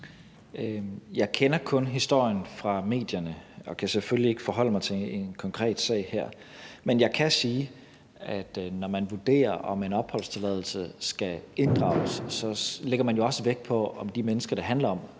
Jeg kender kun historien fra medierne og kan selvfølgelig ikke forholde mig til en konkret sag her. Men jeg kan sige, at når man vurderer, om en opholdstilladelse skal inddrages, så lægger man jo også vægt på, om de mennesker, det handler om,